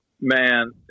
man